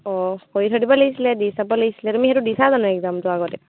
অঁ কৰি থৈ দিব লাগিছিলে দি চাব লাগিছিলে তুমি সেইটো দিছা জানো এক্সামটো আগতে